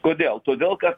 kodėl todėl kad